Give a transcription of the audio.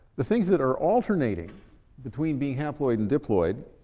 the things that are alternating between being haploid and diploid,